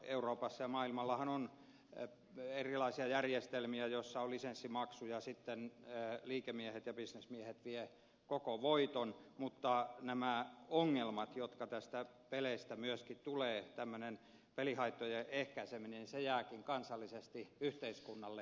euroopassa ja maailmallahan on erilaisia järjestelmiä joissa on lisenssimaksuja ja sitten liikemiehet ja bisnesmiehet vievät koko voiton mutta nämä ongelmat jotka näistä peleistä tulevat ja tämmöinen pelihaittojen ehkäiseminen jäävätkin yhteiskunnalle